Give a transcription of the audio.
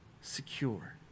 secure